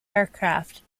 aircraft